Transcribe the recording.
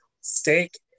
Steak